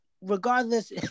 Regardless